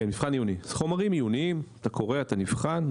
זה חומרים עיוניים, אתה קורא, אתה נבחן.